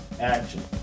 action